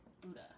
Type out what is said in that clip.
Buddha